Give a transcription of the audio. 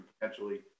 potentially